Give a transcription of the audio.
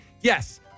Yes